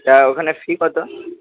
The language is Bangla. তা ওখানে ফি কত